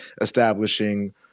establishing